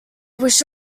wish